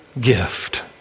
gift